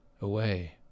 away